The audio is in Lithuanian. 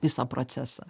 visą procesą